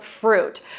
fruit